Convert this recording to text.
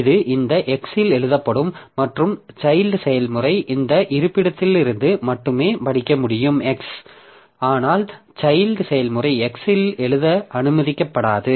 இது இந்த x இல் எழுதப்படும் மற்றும் சைல்ட் செயல்முறை இந்த இருப்பிடத்திலிருந்து மட்டுமே படிக்க முடியும் x ஆனால் சைல்ட் செயல்முறை x இல் எழுத அனுமதிக்கப்படாது